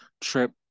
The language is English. trip